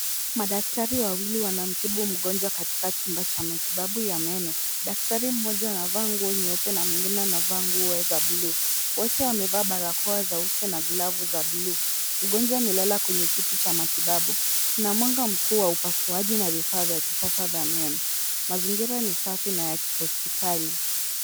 Madaktari wawili wanamtibu mgonjwa katika chumba cha matibabu ya meno. Daktari mmoja anavaa nguo nyeupe na mwingine anavaa nguo za bluu. Wote wamevaa barakoa za uso na glavu za bluu. Mgonjwa amelala kwenye kiti cha matibabu, kuna mwanga mkuu wa upasuaji na vifaa vya kisasa vya meno. Mazingira ni safi na ya kihospitali.